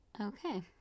Okay